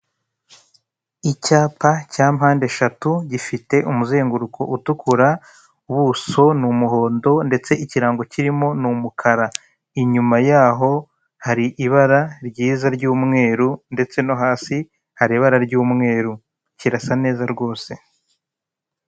Icyapa cya mpandeshatu gifite umuzenguruko utukura, ubuso ni umuhondo ndetse ikirango kirimo ni umukara, inyuma yaho hari ibara ryiza ry'umweru ndetse no hasi hari ibara ry'umweru kirasa neza rwose.